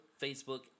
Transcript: Facebook